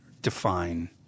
define